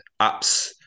apps